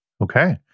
Okay